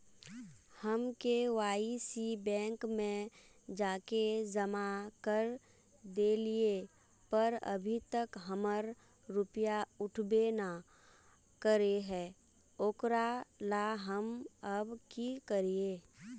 हम KYC bank में जाके जमा कर देलिए पर अभी तक हमर रुपया उठबे न करे है ओकरा ला हम अब की करिए?